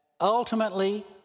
ultimately